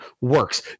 works